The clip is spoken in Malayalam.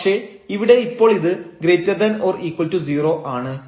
പക്ഷേ ഇവിടെ ഇപ്പോൾ ഇത് ≧ 0 ആണ്